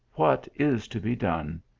what is to be done?